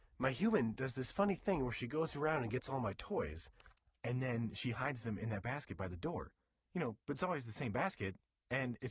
my human does this funny thing where she goes around and gets all my toys and then she hides them in the basket by the door, you know, but it's always the same basket and it's